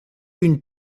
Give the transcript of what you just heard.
une